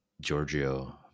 Giorgio